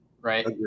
right